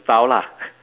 style lah